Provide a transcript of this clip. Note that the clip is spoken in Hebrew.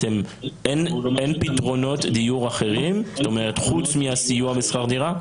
אין פתרונות דיור אחרים חוץ מהסיוע בשכר דירה?